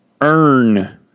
earn